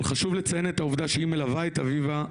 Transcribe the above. אבל חשוב לציין את העובדה שהיא מלווה את אביבה,